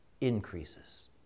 increases